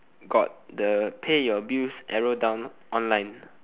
got the pay your bills arrow down online